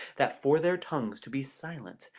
that for their tongues to be silent,